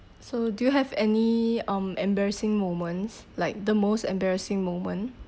so do you have any um embarrassing moments like the most embarrassing moment